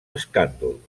escàndol